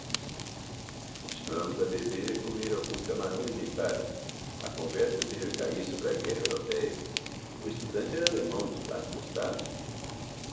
continuamos a beber e a comer alguns camarões e empadas a conversa veio a cair sobre a guerra européia o estudante era alemão dos quatro costados